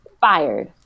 Fired